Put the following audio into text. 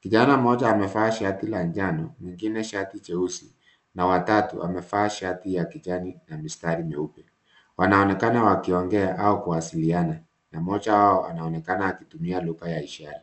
Kijana mmoja amevaa shati la njano mwingine shati jeusi na wa tatu amevaa shati ya kijani na mistari mieupe. Wanaonekana wakiongea au kuwasiliana na mmoja wao anaonekana akitumia lugha ya ishara.